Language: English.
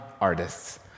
artists